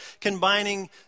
combining